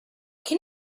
can